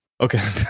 Okay